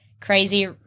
crazy